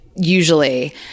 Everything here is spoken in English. usually